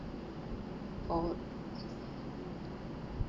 oh